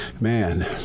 man